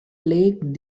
plagued